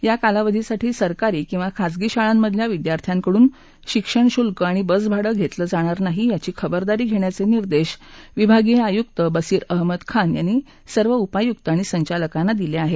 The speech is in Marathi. या कालावधीसाठी सरकारी किंवा खाजगी शाळांमधल्या विद्यार्थ्यांकडून शिक्षण शुल्क आणि बस भार्ड घेतलं जाणार नाही याची खबरदारी घेण्याचे निर्देश विभागीय आयुक्त बसीर अहमद खान यांनी सर्व उपायुक आणि संचालकांना दिले आहेत